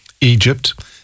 Egypt